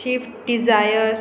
swift Dzire